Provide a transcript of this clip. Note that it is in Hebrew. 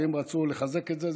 ואם רצו לחזק את זה,